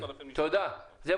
תודה.